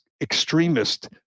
extremist